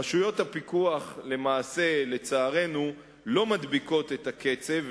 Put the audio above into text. רשויות הפיקוח למעשה לא מדביקות את הקצב,